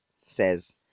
says